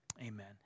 amen